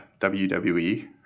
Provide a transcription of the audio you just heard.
wwe